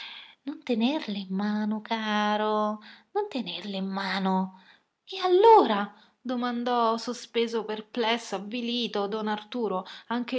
posi non tenerle in mano caro non tenerle in mano e allora domandò sospeso perplesso avvilito don arturo anche